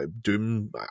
doom